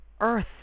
earth